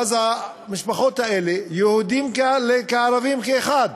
ואז המשפחות האלה, יהודים וערבים כאחד,